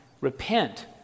Repent